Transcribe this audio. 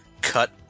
cut